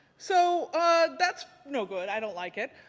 so that's no good, i don't like it.